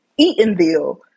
Eatonville